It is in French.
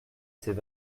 c’est